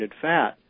fat